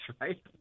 right